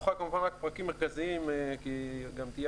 מתוכה כמובן רק פרקים מרכזיים כי גם תהיה